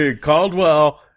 Caldwell